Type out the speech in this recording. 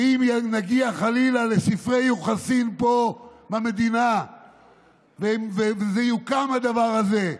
שאם נגיע חלילה לספרי יוחסין פה במדינה ויוקם הדבר הזה.